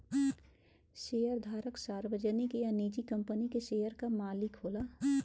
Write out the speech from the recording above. शेयरधारक सार्वजनिक या निजी कंपनी के शेयर क मालिक होला